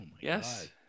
Yes